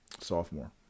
sophomore